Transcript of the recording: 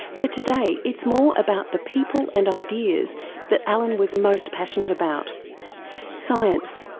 but today it's more about the people and ideas that alan was most passionate about science,